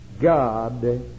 God